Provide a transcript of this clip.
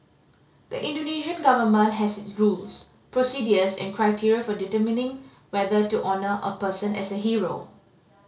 the Indonesian government has its rules procedures and criteria for determining whether to honour a person as a hero